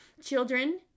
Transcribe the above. children